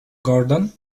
gordon